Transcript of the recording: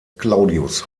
claudius